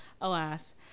alas